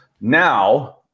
Now